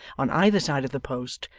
on either side of the post,